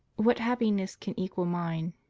what happiness can equal mine?